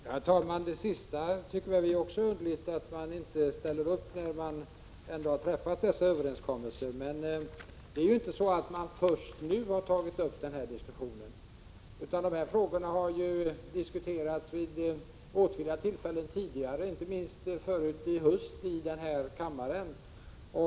Herr talman! Beträffande det sista Siw Persson tog upp tycker vi också det är underligt att man inte ställer upp när man ändå träffat överenskommelser. Men det är inte först nu som diskussion har tagits upp, utan dessa frågor har diskuterats vid åtskilliga tillfällen tidigare, senast under hösten i denna kammare.